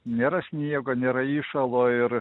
nėra sniego nėra įšalo ir